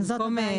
אם זאת הבעיה.